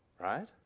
Right